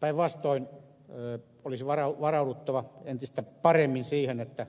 päinvastoin olisi varauduttava entistä paremmin siihen että